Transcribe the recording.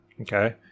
Okay